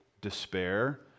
despair